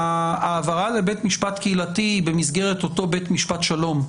שהעברה לבית משפט קהילתי במסגרת אותו בית משפט שלום,